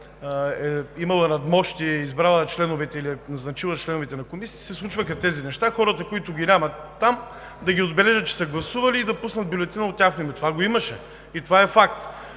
имала надмощие и е избрала или назначила членовете на комисиите, се случваха тези неща – хората, които ги няма там, да ги отбележат, че са гласували и да пуснат бюлетина от тяхно име. Това го имаше и е факт.